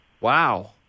Wow